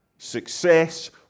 Success